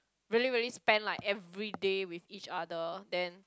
really really spend like everyday with each other then